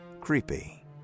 Creepy